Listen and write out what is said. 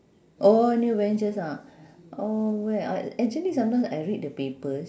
oh new adventures ah oh wait ah actually sometimes I read the papers